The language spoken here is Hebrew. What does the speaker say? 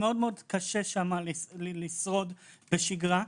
מאוד קשה לשרוד שם בשגרה,